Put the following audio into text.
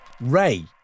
Ray